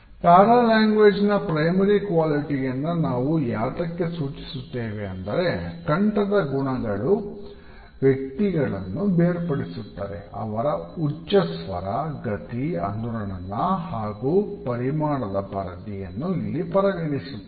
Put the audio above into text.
para language ನ ನಾವು ಯಾತಕ್ಕೆ ಸೂಚಿಸುತ್ತೇವೆ ಅಂದರೆ ಕಂಠದ ಗುಣಗಳು ವ್ಯಕ್ತಿಗಳನ್ನು ಬೇರ್ಪಡಿಸುತ್ತದೆ ಅವರ ಉಚ್ಚ ಸ್ವರ ಗತಿ ಅನುರಣನ ಹಾಗು ಪರಿಮಾಣದ ಪರಧಿಯನ್ನು ಇಲ್ಲಿ ಪರಿಗಣಿಸುತ್ತೇವೆ